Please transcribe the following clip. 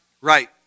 right